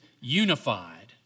unified